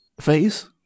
face